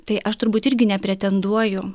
tai aš turbūt irgi nepretenduoju